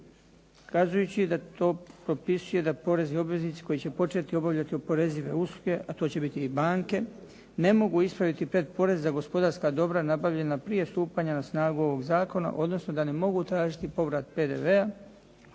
kazujući da to propisuje da porezni obveznici koji će početi obavljati oporezive usluge, a to će biti i banke, ne mogu ispravit pretporez za gospodarska dobra nabavljena prije stupanja na snagu ovog zakona, odnosno da ne mogu tražiti povrat PDV-a